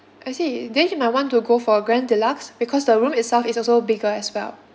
I see then you might want to go for grand deluxe because the room itself is also bigger as well